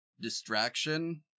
distraction